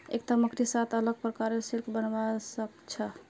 एकता मकड़ी सात रा अलग प्रकारेर सिल्क बनव्वा स ख छ